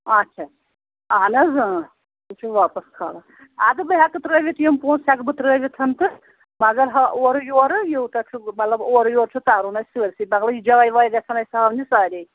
آچھا اہن حظ اۭں سُہ چھُ واپس کھالان اَدٕ بہٕ ہٮ۪کہٕ ترٛٲوِتھ یِم پونٛسہٕ ہٮ۪کہٕ بہٕ ترٛٲوِتھ تہٕ بہٕ مگر ہا اورٕ یورٕ یوٗتاہ چھُ بہٕ مطلب اورٕ یورٕ چھُ کرُن اَسہِ سٲرۍسٕے مطلب یہِ جایہِ وایہِ گژھن اَسہِ ہاونہِ سارے